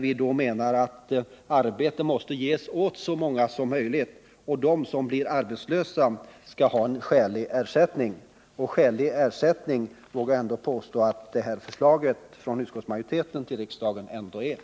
Vi menar att arbete måste ges åt så många som möjligt, och de som då blir arbetslösa skall ha en skälig ersättning. Jag vågar påstå att utskottsmajoritetens förslag till riksdagen syftar till en skälig ersättning.